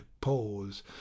pause